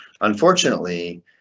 unfortunately